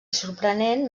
sorprenent